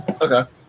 Okay